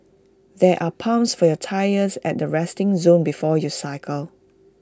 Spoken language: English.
there are pumps for your tyres at the resting zone before you cycle